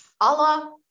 Allah